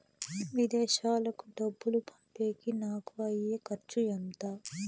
విదేశాలకు డబ్బులు పంపేకి నాకు అయ్యే ఖర్చు ఎంత?